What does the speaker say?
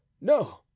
no